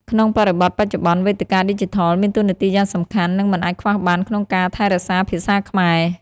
ក្នុងបរិបទបច្ចុប្បន្ន វេទិកាឌីជីថល មានតួនាទីយ៉ាងសំខាន់ និងមិនអាចខ្វះបានក្នុងការថែរក្សាភាសាខ្មែរ។